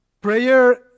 prayer